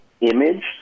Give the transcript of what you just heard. image